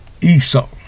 Esau